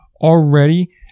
already